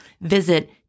Visit